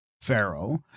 Pharaoh